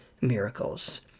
miracles